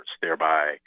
thereby